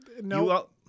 No